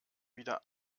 wieder